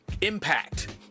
impact